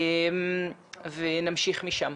ונמשיך משם.